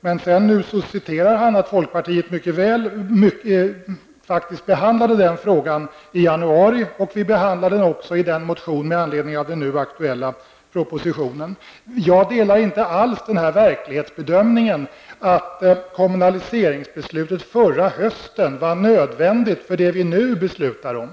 Men nu återger han att folkpartiet faktiskt behandlade frågan i januari och i den motion som har väckts med anledning av den nu aktuella propositionen. Jag har alls inte samma verklighetsbedömning, nämligen att kommunaliseringsbeslutet förra hösten var nödvändigt för det som vi nu skall besluta om.